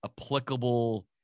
applicable